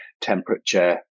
temperature